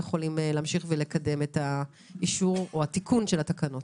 יכולים להמשיך ולקדם את האישור או התיקון של התקנות.